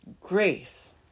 grace